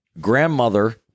grandmother